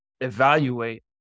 evaluate